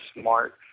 smart